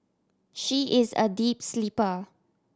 she is a deep sleeper